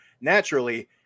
naturally